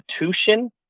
institution